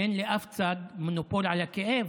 אין לאף צד מונופול על הכאב.